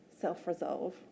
self-resolve